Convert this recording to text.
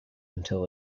until